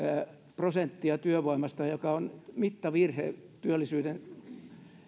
prosenttia työvoimasta ja joka on mittavirhe työllisyyden